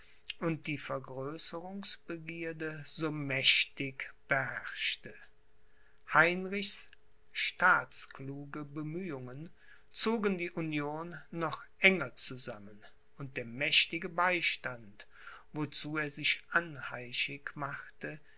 und die vergrößerungsbegierde so mächtig beherrschte heinrichs staatskluge bemühungen zogen die union noch enger zusammen und der mächtige beistand wozu er sich anheischig machte